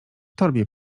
torbie